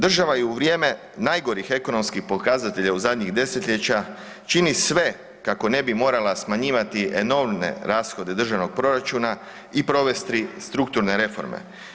Država je u vrijeme najgorih ekonomskih pokazatelja u zadnjih desetljeća čini sve kako ne bi morala smanjivati enormne rashode državnog proračuna i provesti strukturne reforme.